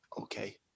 okay